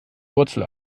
wurzel